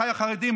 אחיי החרדים,